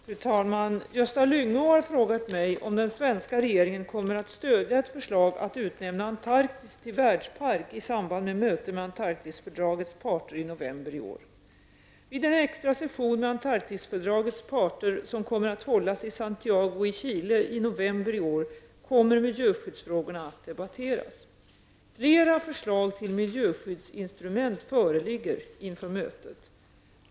Fru talman! Gösta Lyngå har frågat mig om den svenska regeringen kommer att stödja ett förslag att utnämna Antarktis till världspark i samband med möte med Antarktisfördragets parter i november i år. Vid den extra session med Antarktisfördragets parter som kommer att hållas i Santiago, Chile, i november i år kommer miljöskyddsfrågorna att debatteras. Flera förslag till miljöskyddsinstrument föreligger inför mötet.